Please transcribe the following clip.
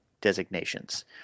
designations